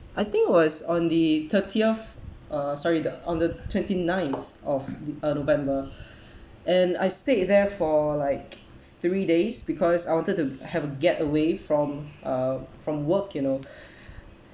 I think it was on the thirtieth uh sorry the on the twenty ninth of uh november and I stayed there for like three days because I wanted to have a getaway from uh from work you know